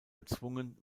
gezwungen